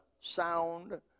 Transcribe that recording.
sound